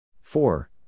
four